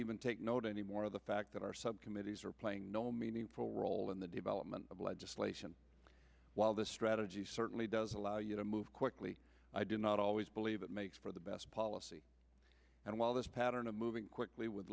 even take note anymore of the fact that our subcommittees are playing no meaningful role in the development of legislation while this strategy certainly does allow you to move quickly i do not always believe it makes for the best policy and while this pattern of moving quickly with